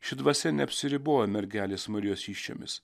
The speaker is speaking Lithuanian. ši dvasia neapsiriboja mergelės marijos įsčiomis